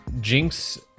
jinx